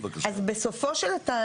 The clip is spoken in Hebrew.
אז בסופו של זה,